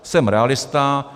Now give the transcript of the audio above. Jsem realista.